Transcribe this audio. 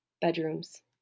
bedrooms